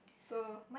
so